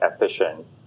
efficient